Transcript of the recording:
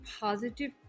positive